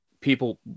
people